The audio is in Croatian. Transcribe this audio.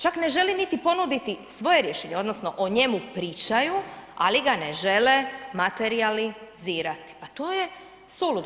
Čak ne žele niti ponuditi svoje rješenje odnosno o njemu pričaju, ali ga ne žele materijalizirati, pa to je suludo.